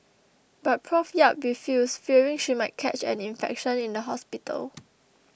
but Prof Yap refused fearing she might catch an infection in the hospital